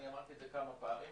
אמרתי את זה כמה פעמים,